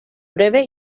breve